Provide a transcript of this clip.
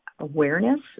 awareness